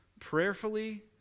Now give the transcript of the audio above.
prayerfully